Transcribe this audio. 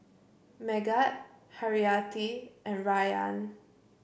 Megat Haryati and Rayyan